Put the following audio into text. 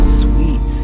sweet